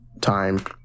time